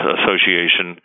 Association